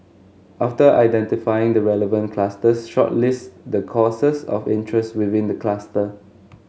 after identifying the relevant clusters shortlist the courses of interest within the cluster